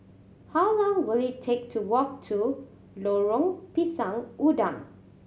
how long will it take to walk to Lorong Pisang Udang